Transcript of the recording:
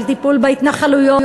של טיפול בהתנחלויות,